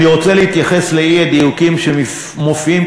אני רוצה להתייחס לאי-דיוקים שמופיעים,